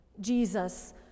Jesus